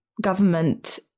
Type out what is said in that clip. government